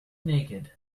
naked